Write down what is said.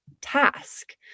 task